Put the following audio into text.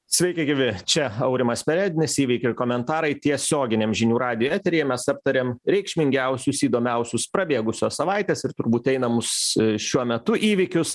sveiki gyvi čia aurimas perednis įvykiai ir komentarai tiesioginiam žinių radijo eteryje mes aptariam reikšmingiausius įdomiausius prabėgusios savaitės ir turbūt einamus šiuo metu įvykius